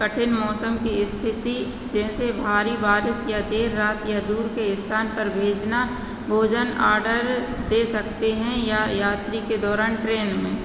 कठिन मौसम की स्थिति जैसे भारी बारिश या देर रात या दूर के स्थान पर भेजना भोजन ऑडर दे सकते हैं या यात्री के दौरान ट्रेन में